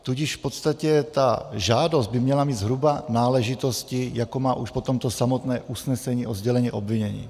Tudíž v podstatě ta žádost by měla mít zhruba náležitosti, jako má už potom to samotné usnesení o sdělení obvinění.